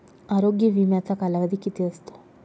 आरोग्य विम्याचा कालावधी किती असतो?